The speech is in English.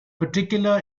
particular